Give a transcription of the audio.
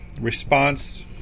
response